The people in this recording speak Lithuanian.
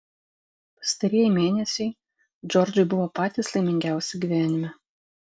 pastarieji mėnesiai džordžui buvo patys laimingiausi gyvenime